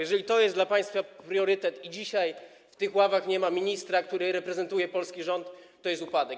Jeżeli to jest dla państwa priorytet i dzisiaj w tych ławach nie ma ministra, który reprezentuje polski rząd, to jest to upadek.